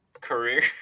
career